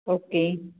okay